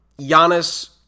Giannis